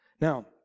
Now